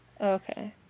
Okay